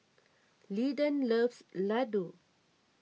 Lyndon loves Laddu